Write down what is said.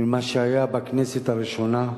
ממה שהיה בכנסת הראשונה.